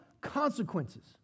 consequences